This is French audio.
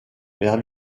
vers